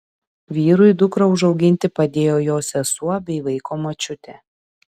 vyrui dukrą užauginti padėjo jo sesuo bei vaiko močiutė